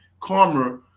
karma